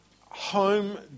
home